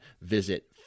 visit